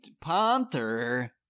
Panther